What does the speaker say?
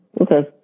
Okay